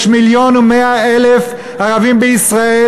יש 1.1 מיליון ערבים בישראל,